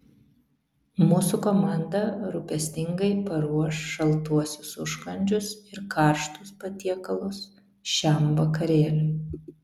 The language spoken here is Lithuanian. mūsų komanda rūpestingai paruoš šaltuosius užkandžius ir karštus patiekalus šiam vakarėliui